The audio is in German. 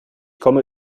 komme